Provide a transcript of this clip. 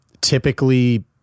typically